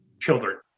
children